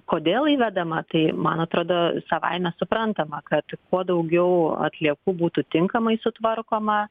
kodėl įvedama tai man atrodo savaime suprantama kad kuo daugiau atliekų būtų tinkamai sutvarkoma